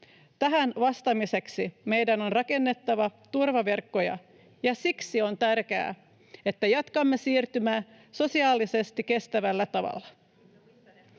Tähän vastaamiseksi meidän on rakennettava turvaverkkoja, ja siksi on tärkeää, että jatkamme siirtymää sosiaalisesti kestävällä tavalla.